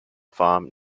farm